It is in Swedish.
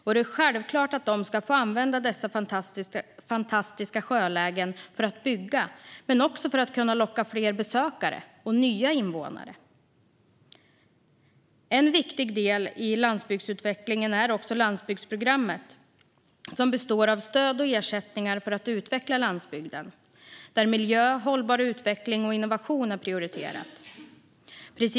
De ska självklart få använda dessa fantastiska sjölägen för att bygga men också för att kunna locka fler besökare och nya invånare. En viktig del i landsbygdsutvecklingen är landsbygdsprogrammet. Det består av stöd och ersättningar för att utveckla landsbygden. Miljö, hållbar utveckling och innovation är prioriterat.